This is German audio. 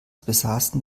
besaßen